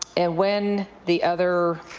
and when the other